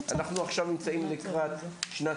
להעביר את מה שנקרא: